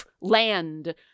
land